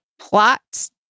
plots